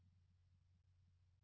कोई नहीं